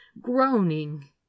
groaning